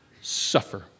suffer